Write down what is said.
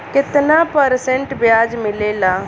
कितना परसेंट ब्याज मिलेला?